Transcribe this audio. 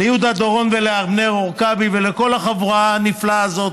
ליהודה דורון ולאבנר עורקבי ולכל החבורה הנפלאה הזאת.